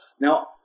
Now